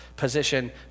position